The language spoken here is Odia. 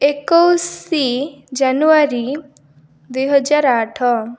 ଏକୋଇଶ ଜାନୁଆରୀ ଦୁଇ ହଜାର ଆଠ